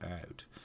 out